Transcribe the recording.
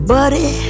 Buddy